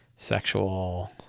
sexual